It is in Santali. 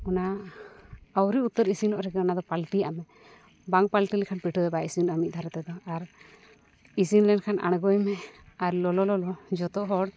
ᱚᱱᱟ ᱟᱹᱣᱨᱤ ᱩᱛᱟᱹᱨ ᱤᱥᱤᱱᱚᱜ ᱨᱮᱜᱮ ᱚᱱᱟᱫᱚ ᱯᱟᱞᱴᱤᱭᱟᱜ ᱢᱮ ᱵᱟᱝ ᱯᱟᱹᱞᱴᱤ ᱞᱮᱠᱷᱟᱱ ᱫᱚ ᱯᱤᱴᱷᱟᱹ ᱫᱚ ᱵᱟᱭ ᱤᱥᱤᱱᱚᱜᱼᱟ ᱢᱤᱫ ᱫᱷᱟᱨᱮ ᱛᱮᱫᱚ ᱟᱨ ᱤᱥᱤᱱ ᱞᱮᱱᱠᱷᱟᱱ ᱟᱬᱜᱳᱭ ᱢᱮ ᱟᱨ ᱞᱚᱞᱚ ᱞᱚᱞᱚ ᱡᱷᱚᱛᱚ ᱦᱚᱲ